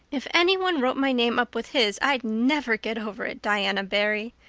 if anyone wrote my name up with his i'd never get over it, diana barry.